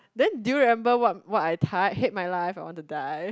then do you remember what what I typed what I hate my life I want to die